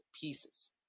pieces